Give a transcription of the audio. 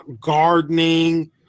gardening